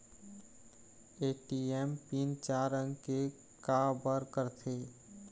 ATM pin चार अंक के का बर करथे?